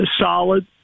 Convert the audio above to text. solid